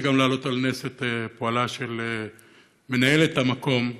להעלות על נס את פועלה של מנהלת המקום,